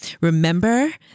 remember